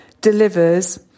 delivers